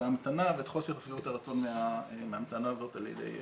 ההמתנה ואת חוסר שביעות הרצון מההמתנה הזאת על ידי המבקשים.